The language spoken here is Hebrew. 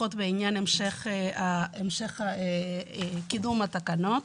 לפחות בעניין המשך קידום התקנות,